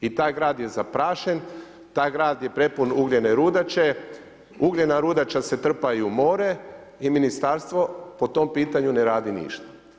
I taj grad je zaprašen, taj grad je prepun ugljene rudače, ugljena rudača se trpa i u more i ministarstvo po tom pitanju ne radi ništa.